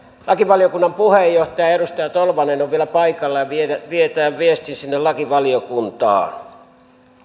lakivaliokunnan puheenjohtaja edustaja tolvanen on vielä paikalla ja vie tämän viestin sinne lakivaliokuntaan